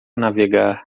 navegar